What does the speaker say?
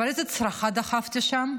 אבל איזו צרחה דחפתי שם,